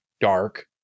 dark